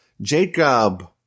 Jacob